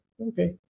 Okay